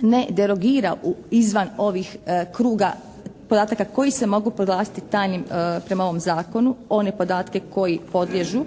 ne derogira u izvan ovih kruga podataka koji se mogu proglasiti tajnim prema ovom Zakonu one podatke koji podliježu,